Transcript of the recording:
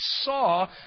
saw